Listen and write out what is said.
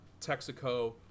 Texaco